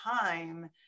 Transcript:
time